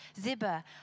Ziba